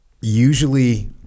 usually